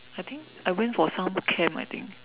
I think I went for some camp I think